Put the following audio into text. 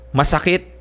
masakit